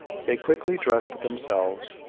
they quickly dressed themselves,